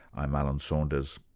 i'm alan saunders,